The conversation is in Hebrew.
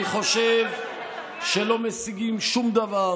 אני חושב שלא משיגים שום דבר